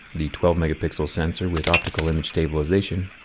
the twelve megapixel sensor with optical image stabilization.